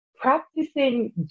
practicing